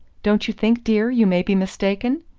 don't you think, dear, you may be mistaken?